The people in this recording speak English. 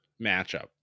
matchup